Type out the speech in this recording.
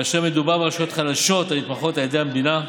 כאשר מדובר ברשויות חלשות הנתמכות על ידי המדינה,